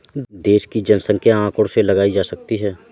देश की जनसंख्या आंकड़ों से लगाई जा सकती है